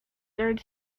third